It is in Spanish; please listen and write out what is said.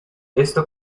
esto